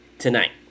tonight